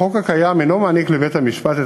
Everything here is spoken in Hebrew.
החוק הקיים אינו מעניק לבית-המשפט את